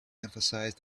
emphasized